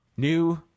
New